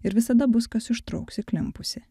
ir visada bus kas ištrauks įklimpusį